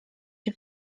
się